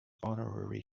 honorary